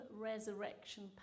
resurrection